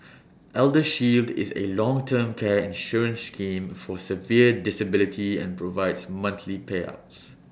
eldershield is A long term care insurance scheme for severe disability and provides monthly payouts